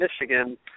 Michigan